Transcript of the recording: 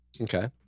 Okay